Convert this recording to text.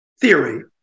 theory